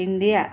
India